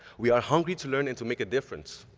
we are hungry to learn and to make a difference.